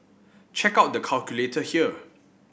check out the calculator here